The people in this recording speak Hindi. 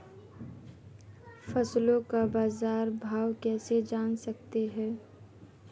फसलों का बाज़ार भाव कैसे जान सकते हैं?